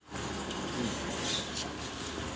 बीमा ना करेला से की होते?